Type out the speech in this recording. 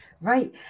right